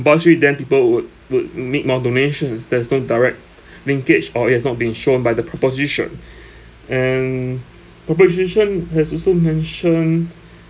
compulsory then people would would make more donations there's no direct linkage or it has not been shown by the proposition and proposition has also mentioned